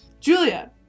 Julia